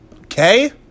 Okay